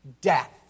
death